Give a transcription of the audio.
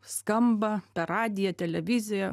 skamba per radiją televiziją